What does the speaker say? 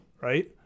right